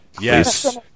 Yes